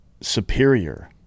Superior